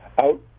out